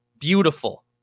beautiful